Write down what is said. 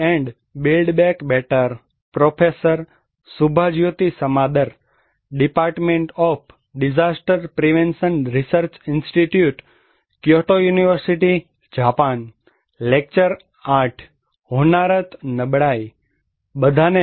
hello hi બધાને